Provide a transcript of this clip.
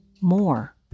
more